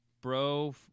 Bro